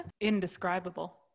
Indescribable